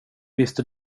visste